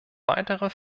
weiterer